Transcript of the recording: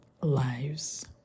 lives